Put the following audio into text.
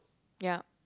ya